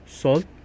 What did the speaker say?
salt